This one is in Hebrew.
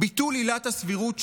ביטול עילת הסבירות,